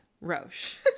Roche